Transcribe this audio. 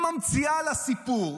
היא ממציאה לה סיפור